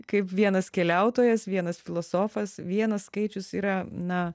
kaip vienas keliautojas vienas filosofas vienas skaičius yra na